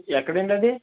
ఎక్కడండి అది